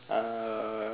uh